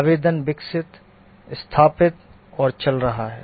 आवेदन विकसित स्थापित और चल रहा है